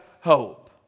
hope